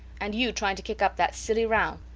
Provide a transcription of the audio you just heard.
and you trying to kick up that silly row.